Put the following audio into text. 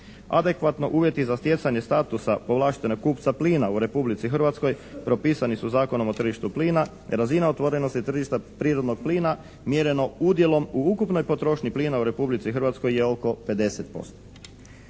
Adekvatno uvjeti za stjecanje statusa povlaštenog kupca plina u Republici Hrvatskoj propisani su Zakonom o tržištu plina, razina otvorenosti tržišta prirodnog plina mjereno udjelom u ukupnoj potrošnji plina u Republici Hrvatskoj je oko 50%.